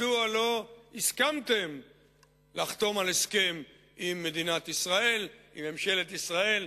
מדוע לא הסכמתם לחתום על הסכם עם מדינת ישראל, עם ממשלת ישראל,